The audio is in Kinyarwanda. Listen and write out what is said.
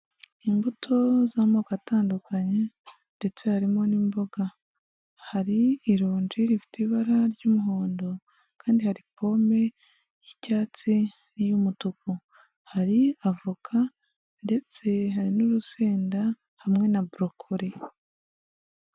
Imbuto z'amoko atandukanye ndetse harimo n'imboga, hari ironji rifite ibara ry'umuhondo kandi hari pome y'icyatsi n'iy'umutuku, hari avoka ndetse hari n'urusenda hamwe na burokoli.